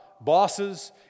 bosses